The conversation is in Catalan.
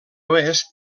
oest